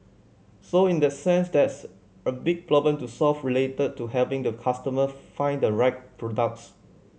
so in that sense there's a big problem to solve related to helping the customer find the right products